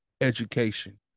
education